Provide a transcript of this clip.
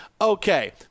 Okay